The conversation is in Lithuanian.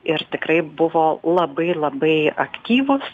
ir tikrai buvo labai labai aktyvūs